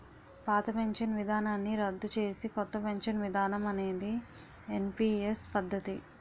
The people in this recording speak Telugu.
పాత పెన్షన్ విధానాన్ని రద్దు చేసి కొత్త పెన్షన్ విధానం అనేది ఎన్పీఎస్ పద్ధతి